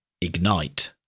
ignite